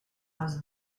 was